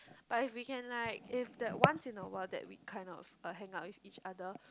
but if we can like if that once in a while that we kind of uh hang out with each other